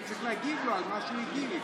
אני צריך להגיב לו על מה שהוא הגיב.